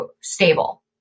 stable